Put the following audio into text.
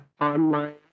online